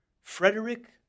Frederick